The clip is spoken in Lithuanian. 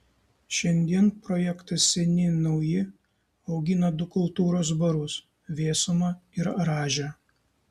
šiandien projektas seni nauji augina du kultūros barus vėsumą ir rąžę